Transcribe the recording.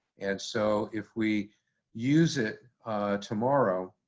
and so if we use it tomorrow,